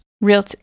real